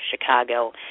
Chicago